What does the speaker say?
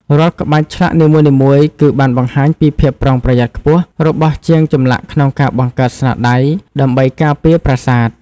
រាល់ក្បាច់ឆ្លាក់នីមួយៗគឺបានបង្ហាញពីភាពប្រុងប្រយ័ត្នខ្ពស់របស់ជាងចម្លាក់ក្នុងការបង្កើតស្នាដៃ ដើម្បីការពារប្រាសាទ។